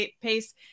pace